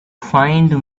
find